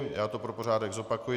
Já to pro pořádek zopakuji.